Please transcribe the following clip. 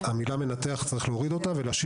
אז את המילה "מנתח" צריך להוריד ולהשאיר,